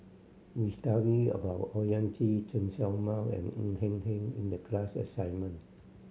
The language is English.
we about Owyang Chi Chen Show Mao and Ng Eng Hen in the class assignment